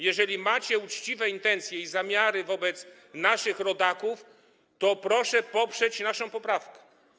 Jeżeli macie uczciwe intencje i zamiary wobec naszych rodaków, to proszę poprzeć naszą poprawkę.